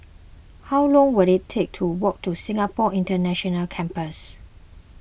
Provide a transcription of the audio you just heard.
how long will it take to walk to Singapore International Campus